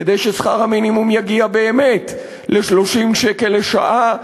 כדי ששכר המינימום יגיע באמת ל-30 שקל לשעה,